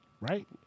right